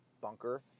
bunker